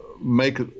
make